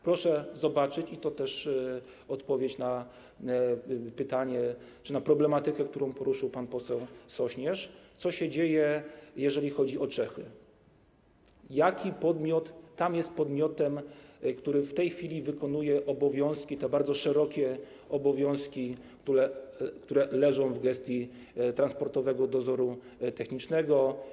Proszę zobaczyć - i to też jest odpowiedź na pytanie czy na problematykę, którą poruszył pan poseł Sośnierz - co się dzieje, jeżeli chodzi o Czechy, jaki podmiot jest tam podmiotem, który w tej chwili wykonuje obowiązki, te bardzo szerokie obowiązki, które leżą w gestii Transportowego Dozoru Technicznego.